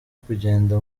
kugenda